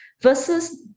Versus